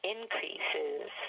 Increases